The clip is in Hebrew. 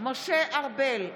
משה ארבל,